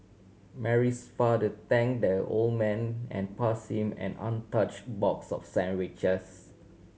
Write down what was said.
Mary's father thank the old man and pass him an untouch box of sandwiches